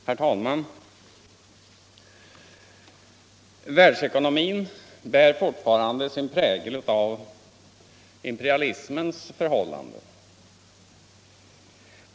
Herr talman! Världsekonomin bär fortfarande sin prägel av imperialismens förhållanden.